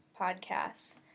podcasts